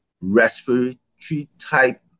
respiratory-type